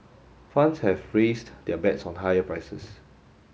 funds have raised their bets on higher prices